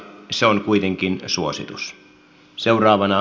se on kuitenkin suositus